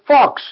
Fox